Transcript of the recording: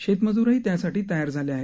शेतमजूरही त्यासाठी तयार झाले आहेत